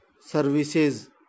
services